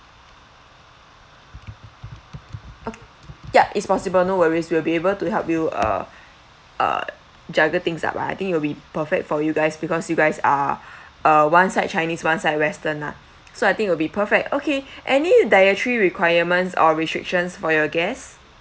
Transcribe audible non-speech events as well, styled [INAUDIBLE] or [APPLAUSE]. ok~ yup it's possible no worries we'll be able to help you uh [BREATH] uh juggle things up ah I think it'll be perfect for you guys because you guys are [BREATH] uh one side chinese one side western lah so I think will be perfect okay [BREATH] any dietary requirements or restrictions for your guest